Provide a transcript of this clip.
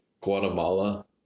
Guatemala